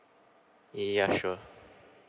yeah sure